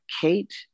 Kate